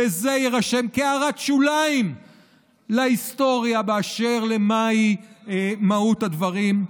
וזה יירשם כהערת שוליים להיסטוריה באשר למהי מהות הדברים.